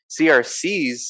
CRCs